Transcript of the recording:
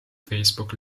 facebook